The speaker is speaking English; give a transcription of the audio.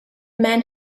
man